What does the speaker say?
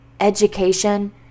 education